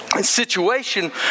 situation